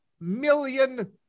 million